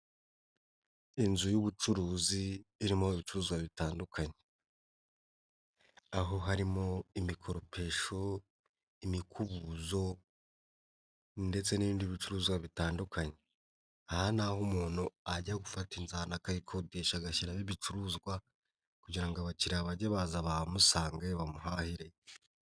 Inzu y'ubucuruzi irimo ibicuruzwa bitandukanye. Aho harimo imikoropesho, imikubuzo ndetse n'ibindi bicuruzwa bitandukanye. Aha ni aho umuntu ajya gufata inzu ahantu akayikodesha, agashyiraho ibicuruzwa kugira ngo abakiliriya bajye baza bahamusange musange bamuhahire.